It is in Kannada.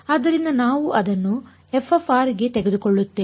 ಆದ್ದರಿಂದ ನಾವು ಅದನ್ನು f ಗೆ ತೆಗೆದುಕೊಳ್ಳುತ್ತೇವೆ